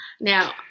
Now